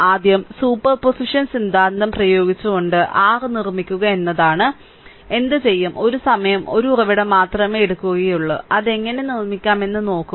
ആദ്യം സൂപ്പർപോസിഷൻ സിദ്ധാന്തം പ്രയോഗിച്ചുകൊണ്ട് r നിർമ്മിക്കുക എന്നതാണ് എന്തുചെയ്യും ഒരു സമയം ഒരു ഉറവിടം മാത്രമേ എടുക്കുകയുള്ളൂ അത് എങ്ങനെ നിർമ്മിക്കാമെന്ന് നോക്കുക